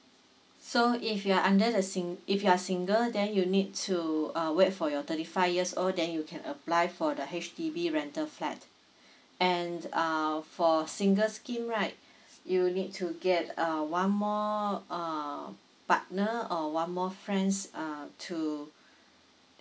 so if you're under the sing~ if you are single then you need to uh wait for you're thirty five years old then you can apply for the H_D_B rental flat and uh for single scheme right you need to get uh one more uh partner or one more friends uh to